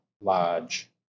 large